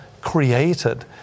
created